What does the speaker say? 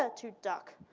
ah to duck.